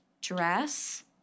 dress